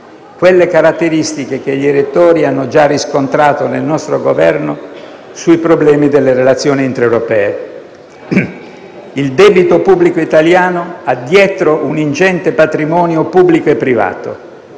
quelle caratteristiche che gli elettori hanno già riscontrato nel nostro Governo sui problemi delle relazioni intraeuropee. Il debito pubblico italiano ha dietro un ingente patrimonio pubblico e privato: